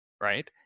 right